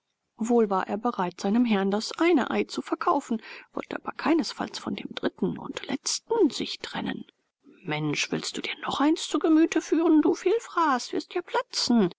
wohl war er bereit seinem herrn das eine ei zu verkaufen wollte aber keinesfalls von dem dritten und letzten sich trennen mensch willst du dir noch eins zu gemüte führen du vielfraß wirst ja platzen